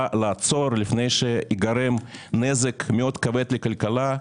לעצור לפני שייגרם נזק מאוד כבד לכלכלה,